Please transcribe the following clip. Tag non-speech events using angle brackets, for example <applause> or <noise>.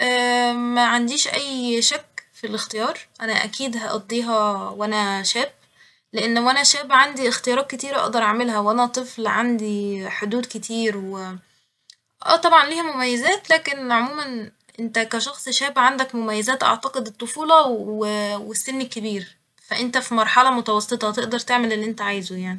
معنديش أي شك في الاختيار ، أنا أكيد هقضيها وأنا شاب ، لإن وأنا شاب عندي اختيارات كتيرة أقدر أعملها وأنا طفل عندي حدود كتير و <hesitation> آه طبعا ليها مميزات لكن عموما انت كشخص شاب عندك مميزات أعتقد الطفولة و <hesitation> و السن الكبير ، فإنت في مرحلة متوسطة تقدر تعمل اللي انت عايزه يعني.